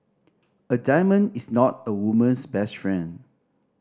a diamond is not a woman's best friend